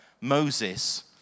Moses